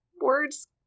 words